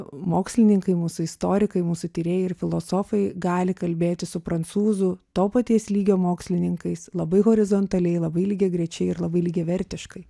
mokslininkai mūsų istorikai mūsų tyrėjai ir filosofai gali kalbėti su prancūzu to paties lygio mokslininkais labai horizontaliai labai lygiagrečiai ir labai lygiavertiškai